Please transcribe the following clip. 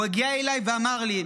הוא הגיע אליי ואמר לי: